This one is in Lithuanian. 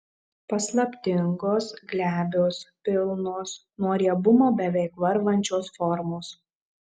paslaptingos glebios pilnos nuo riebumo beveik varvančios formos